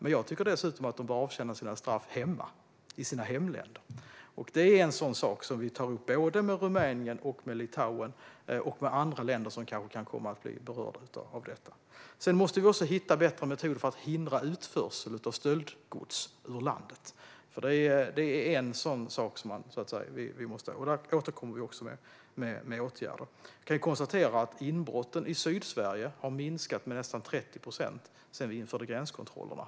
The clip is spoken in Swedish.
Men jag tycker dessutom att de bör avtjäna sina straff i hemländerna. Detta är något som vi tar upp med både Rumänien och Litauen men även med andra länder som kan komma att bli berörda. Vi måste också hitta bättre metoder för att hindra utförsel av stöldgods ur landet. Här återkommer vi med åtgärder. Man kan konstatera att inbrotten i Sydsverige har minskat med nästan 30 procent sedan vi införde gränskontrollerna.